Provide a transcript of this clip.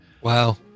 wow